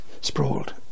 sprawled